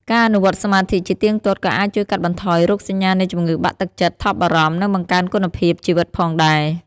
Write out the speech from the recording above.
ការអនុវត្តន៍សមាធិជាទៀងទាត់ក៏អាចជួយកាត់បន្ថយរោគសញ្ញានៃជំងឺបាក់ទឹកចិត្ត ថប់បារម្ភ និងបង្កើនគុណភាពជីវិតផងដែរ។